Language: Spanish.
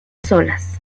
solas